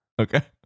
Okay